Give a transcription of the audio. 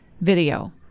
video